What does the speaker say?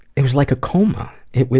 it was like a coma, it,